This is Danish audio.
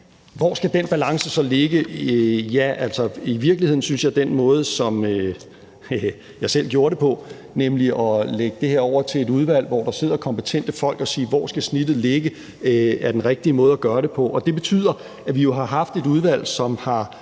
Hvor skal den balance så ligge? Ja, altså, i virkeligheden synes jeg, at den måde, som jeg selv gjorde det på, nemlig at lægge det over til et udvalg, hvor der sidder kompetente folk, at sige, hvor snittet skal ligge, er den rigtige måde gøre det på. Det betyder, at vi jo har haft et udvalg, som har